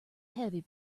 heavy